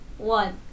one